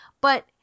but-